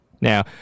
Now